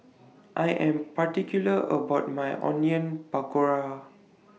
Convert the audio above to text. I Am particular about My Onion Pakora